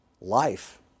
life